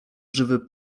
żywy